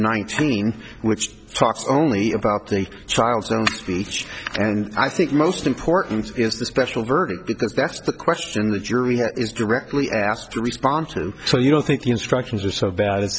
nineteen which talks only about the child's own speech and i think most important is the special verdict because that's the question the jury is directly asked to respond to them so you don't think the instructions are so bad